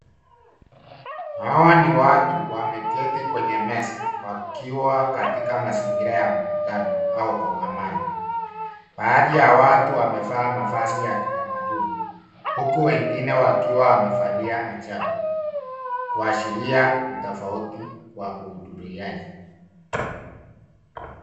Hawa ni watu wameketi kwenye meza wakiwa katika mazingira ya mkutano. Baadhi ya watu wamevaa mavazi ya kitamaduni huku wengine wakiwa wamevalia hijab kuashiria utofauti wa uudhuriaji.